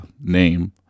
name